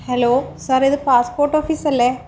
hello sir ഇത് passport office അല്ലേ